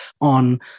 on